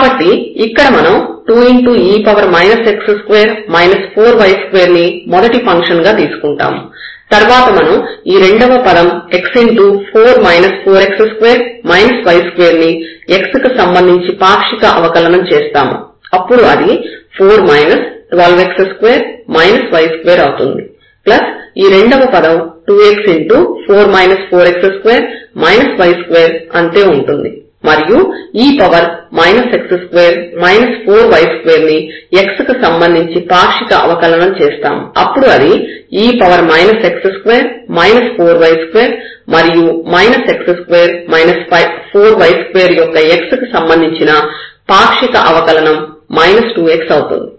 కాబట్టి ఇక్కడ మనం 2e x2 4y2 ని మొదటి ఫంక్షన్ గా తీసుకుంటాము తర్వాత మనం ఈ రెండవ పదం x4 4x2 y2 ని x కి సంబంధించి పాక్షిక అవకలనం చేస్తాము అప్పుడు అది 4 12x2 y2 అవుతుంది ప్లస్ ఈ రెండవ పదం 2x4 4x2 y2 అంతే ఉంటుంది మరియు e x2 4y2 ని x కి సంబంధించి పాక్షిక అవకలనం చేస్తాము అప్పుడు అది e x2 4y2 మరియు x2 4y2 యొక్క x కి సంబంధించిన పాక్షిక అవకలనం 2x అవుతుంది